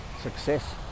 success